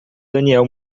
daniel